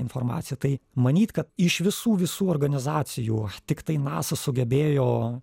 informaciją tai manyt kad iš visų visų organizacijų tiktai nasa sugebėjo